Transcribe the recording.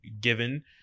given